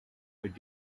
with